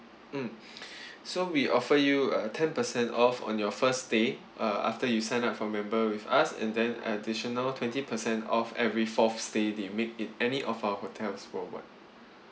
mm so we offer you a ten percent off on your first stay uh after you sign up for member with us and then additional twenty percent off every fourth stay you make in any of our hotels worldwide